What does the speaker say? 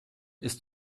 ist